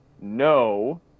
no